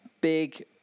big